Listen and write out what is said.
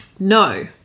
No